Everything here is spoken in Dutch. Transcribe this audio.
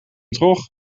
trog